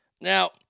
Now